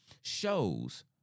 shows